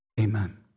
Amen